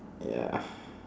ya